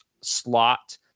slot